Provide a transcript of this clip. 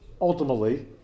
ultimately